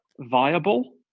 viable